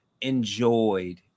enjoyed